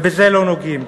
ובזה לא נוגעים?